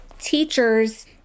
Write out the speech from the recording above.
teachers